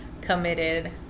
committed